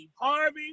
Harvey